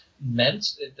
Meant